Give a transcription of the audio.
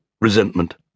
resentment